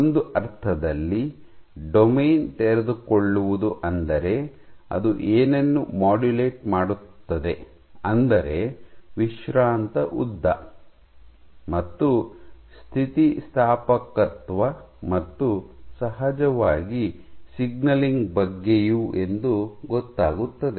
ಒಂದು ಅರ್ಥದಲ್ಲಿ ಡೊಮೇನ್ ತೆರೆದುಕೊಳ್ಳುವುದು ಅಂದರೆ ಅದು ಏನನ್ನು ಮಾಡ್ಯುಲೇಟ್ ಮಾಡುತ್ತದೆ ಅಂದರೆ ವಿಶ್ರಾಂತ ಉದ್ದ ಮತ್ತು ಸ್ಥಿತಿಸ್ಥಾಪಕತ್ವ ಮತ್ತು ಸಹಜವಾಗಿ ಸಿಗ್ನಲಿಂಗ್ ಬಗ್ಗೆಯು ಎಂದು ಗೊತ್ತಾಗುತ್ತದೆ